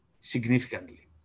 significantly